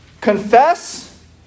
Confess